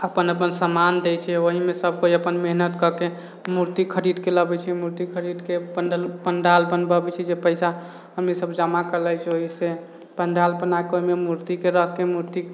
अपन अपन समान दै छिए ओहिमे सब कोइ अपन मेहनत कऽ कऽ मूर्ति खरीदकऽ लबै छिए मूर्ति खरीदकऽ पण्डाल बनबाबै छिए जे पइसा हमनी सब जमा कएले छी ओहिसँ पण्डाल बनाकऽ ओहिमे मूर्तिके रखिकऽ मूर्ति